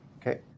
Okay